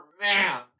man